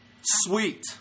sweet